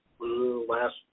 last